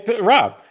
Rob